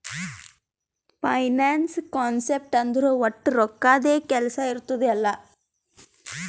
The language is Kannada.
ಫೈನಾನ್ಸ್ ಕಾನ್ಸೆಪ್ಟ್ ಅಂದುರ್ ವಟ್ ರೊಕ್ಕದ್ದೇ ಕೆಲ್ಸಾ ಇರ್ತುದ್ ಎಲ್ಲಾ